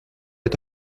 est